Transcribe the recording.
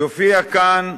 יופיע כאן,